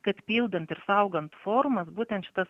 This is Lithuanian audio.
kad pildant ir saugant formas būtent šitas